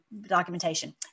documentation